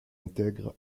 intègre